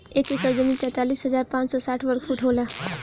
एक एकड़ जमीन तैंतालीस हजार पांच सौ साठ वर्ग फुट होला